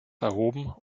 erhoben